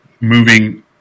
moving